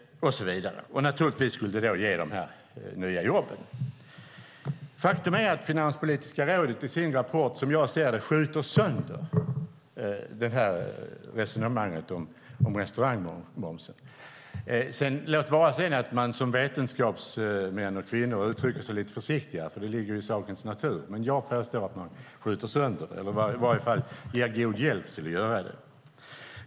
Och det skulle naturligtvis ge de nya jobben. Faktum är att Finanspolitiska rådet i sin rapport som jag ser det skjuter sönder resonemanget om restaurangmomsen. Låt vara att vetenskapsmän och kvinnor uttrycker sig lite försiktigare, för det ligger ju i sakens natur, men jag påstår att man skjuter sönder resonemanget eller i varje fall ger god hjälp till att göra det.